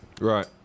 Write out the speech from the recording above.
right